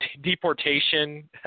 deportation